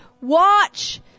Watch